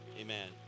Amen